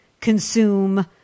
consume